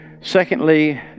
secondly